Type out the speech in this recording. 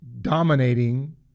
dominating